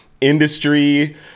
industry